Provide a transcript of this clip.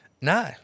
No